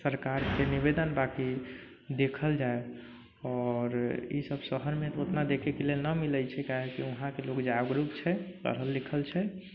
सरकारके निवेदन बा कि देखल जाइ आओर इसभ शहरमे तऽ उतना देखैके लेल न मिलै छै काहेकि वहाँके लोक जागरूक छै पढ़ल लिखल छै